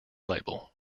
label